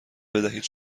بدهید